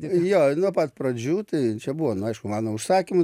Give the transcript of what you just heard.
jo nuo pat pradžių tai čia buvo nu aišku mano užsakymu